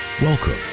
Welcome